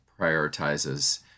prioritizes